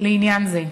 לעניין זה,